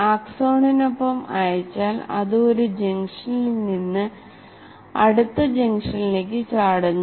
ആക്സോണിനൊപ്പം അയച്ചാൽ അത് ഒരു ജംഗ്ഷനിൽ നിന്ന് അടുത്ത ജംഗ്ഷനിലേക്ക് ചാടുന്നു